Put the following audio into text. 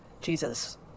Jesus